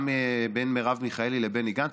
גם בין מרב מיכאלי לבני גנץ.